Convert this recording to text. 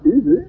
easy